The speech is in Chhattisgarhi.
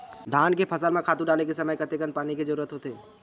धान के फसल म खातु डाले के समय कतेकन पानी के जरूरत होथे?